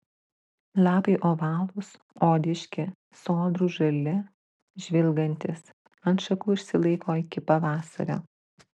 lapai ovalūs odiški sodrūs žali žvilgantys ant šakų išsilaiko iki pavasario